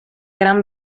gran